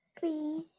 Please